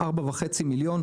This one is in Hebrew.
4.5 מיליון.